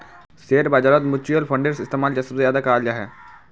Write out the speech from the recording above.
share बाजारत mutual फंडेर इस्तेमाल सबसे ज्यादा कराल जा छे